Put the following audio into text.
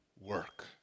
work